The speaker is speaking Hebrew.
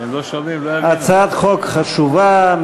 הצעת חוק חשובה,